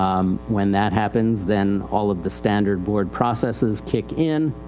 um, when that happens then all of the standard board processes kick in.